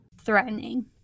threatening